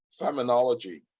feminology